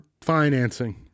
financing